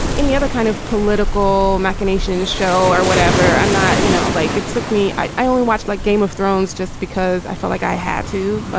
any other kind of political machinations, show or whatever. i'm not, you know, like it took me. i i only watched, like, game of thrones just because i felt like i had to.